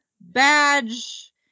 badge